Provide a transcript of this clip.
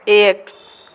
एक